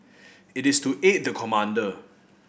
it is to aid the commander